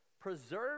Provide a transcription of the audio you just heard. preserve